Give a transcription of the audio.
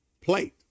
plate